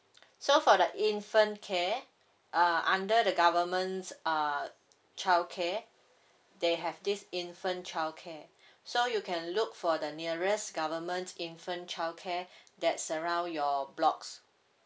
so for the infant care uh under the government's uh childcare they have this infant childcare so you can look for the nearest government infant childcare that's around your blocks